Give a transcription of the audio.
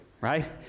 right